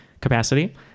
capacity